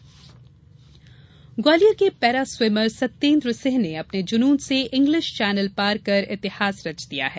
दिव्यांग तैराक ग्वालियर के पैरा स्विमर सत्येन्द्र सिंह ने अपने जुनून से इंग्लिश चैनल पार कर इतिहास रच दिया है